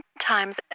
times